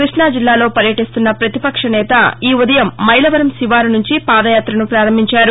కృష్ణజిల్లాలో పర్యటిస్తున్న ప్రతిపక్షనేత ఈఉదయం మైలవరం శివారు నుంచి పాదయాత్రను పారంభించారు